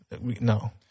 No